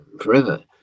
forever